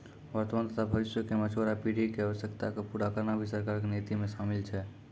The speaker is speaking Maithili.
वर्तमान तथा भविष्य के मछुआरा पीढ़ी के आवश्यकता क पूरा करना भी सरकार के नीति मॅ शामिल छै